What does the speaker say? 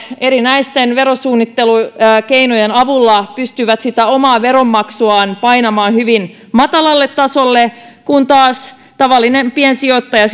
erinäisten verosuunnittelukeinojen avulla pystyvät sitä omaa veronmaksuaan painamaan hyvin matalalle tasolle kun taas tavallinen piensijoittaja